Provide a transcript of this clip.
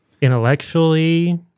intellectually